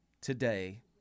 today